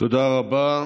תודה רבה.